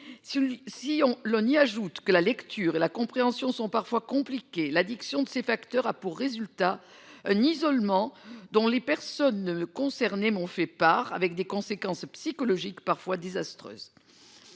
on l'on y ajoute que la lecture et la compréhension sont parfois compliqué l'addiction de ces facteurs a pour résultat un isolement dont les personnes concernées m'ont fait part avec des conséquences psychologiques parfois désastreuses.